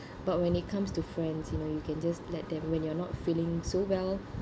but when it comes to friends you know you can just let them when you're not feeling so well